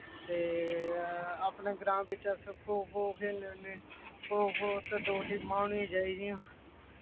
ते अपने ग्रां विच अस खो खो खेलने होन्ने खो खो ते दो टीमां होनियां चाहिदियां